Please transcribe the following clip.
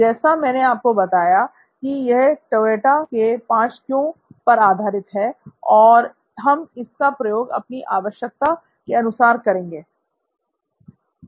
जैसा मैंने आपको बताया कि यह टोयोटा के "5 क्यों" पर आधारित है और हम इसका प्रयोग अपनी आवश्यकता के अनुसार करेंगे